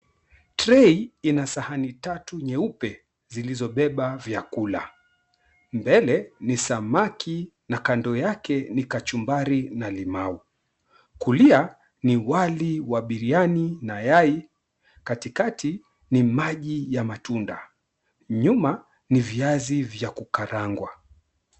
Trey ina sahani tatu nyeupe zilizobeba vyakula, mbele ni samaki na kando yake ni kachumbari na limau, kulia ni wali wa biriyani na yai, katikati ni maji ya matunda, nyuma ni viazi vya kukarangwa.